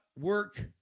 work